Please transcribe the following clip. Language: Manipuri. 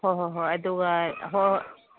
ꯍꯣꯏ ꯍꯣꯏ ꯍꯣꯏ ꯑꯗꯨꯒ ꯍꯣꯏ ꯍꯣꯏ